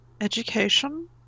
education